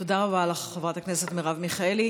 תודה רבה לך, חברת הכנסת מרב מיכאלי.